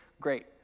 great